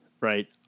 right